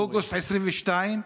אוגוסט 2022,